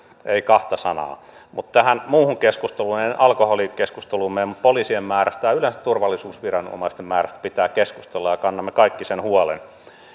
ei kahta sanaa tähän mutta tähän muuhun keskusteluun kyllä en alkoholikeskusteluun mene mutta poliisien määrästä ja yleensä turvallisuusviranomaisten määrästä pitää keskustella ja kannamme kaikki sen huolen